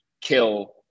kill